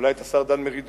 אולי את השר דן מרידור,